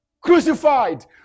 crucified